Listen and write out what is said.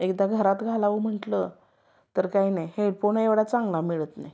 एकदा घरात घालावं म्हटलं तर काही नाही हेडफोन एवढा चांगला मिळत नाही